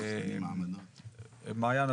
מעין,